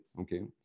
Okay